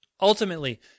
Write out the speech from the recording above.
Ultimately